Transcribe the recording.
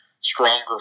stronger